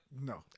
no